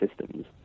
systems